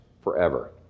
forever